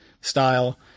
style